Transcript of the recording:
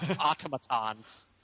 automatons